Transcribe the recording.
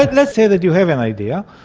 like let's say that you have an idea.